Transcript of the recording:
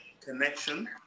connection